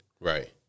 Right